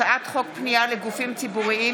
הצעת חוק פנייה לגופים ציבוריים